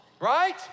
right